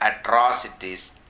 atrocities